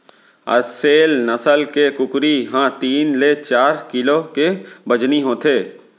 असेल नसल के कुकरी ह तीन ले चार किलो के बजनी होथे